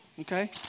okay